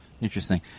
Interesting